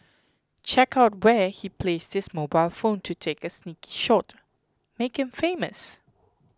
check out where he placed his mobile phone to take a sneaky shot make him famous